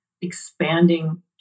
expanding